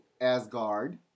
Asgard